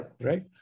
right